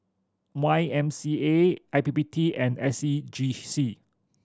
Y M C A I P P T and S C G C